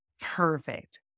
perfect